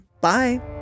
Bye